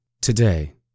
Today